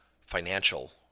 financial